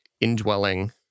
indwelling